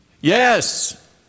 Yes